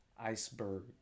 iceberg